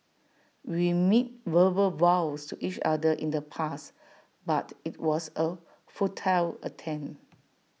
we made verbal vows to each other in the past but IT was A futile attempt